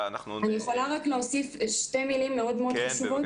אני רק רוצה להוסיף עוד כמה מילים מאוד חשובות.